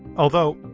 although,